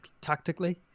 tactically